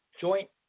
joint